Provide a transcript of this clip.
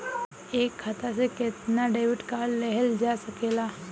एक खाता से केतना डेबिट कार्ड लेहल जा सकेला?